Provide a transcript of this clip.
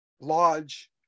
lodge